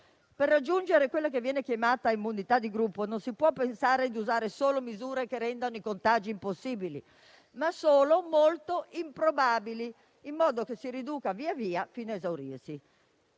Per raggiungere quella che viene chiamata immunità di gruppo, non si può pensare di usare misure che rendano i contagi impossibili, ma misure che li rendano molto improbabili, in modo che si riducano via via fino ad esaurirsi.